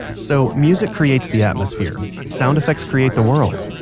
so music creates the atmosphere, sound effects create the world,